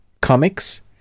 comics